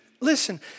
listen